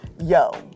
yo